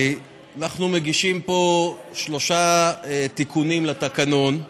אנחנו מגישים פה שלושה תיקונים לתקנון,